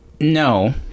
No